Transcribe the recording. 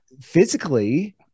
physically-